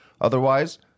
Otherwise